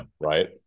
right